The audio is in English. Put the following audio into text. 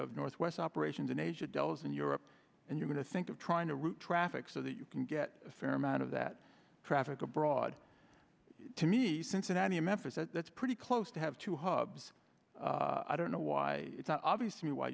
their northwest operations in asia dulles and europe and you're going to think of trying to route traffic so that you can get a fair amount of that traffic abroad to me cincinnati memphis that's pretty close to have to hubs i don't know why it's not obvious to me why